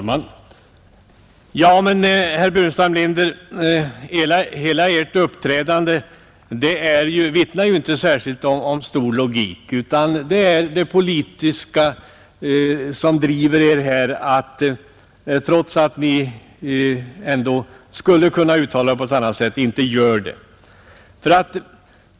Herr talman! Men, herr Burenstam Linder, Ert uppträdande här vittnar ju inte om stor logik, utan det är det politiska som driver Er, när Ni skulle kunna uttala Er på annat sätt men ändå inte gör det.